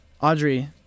Audrey